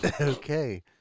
Okay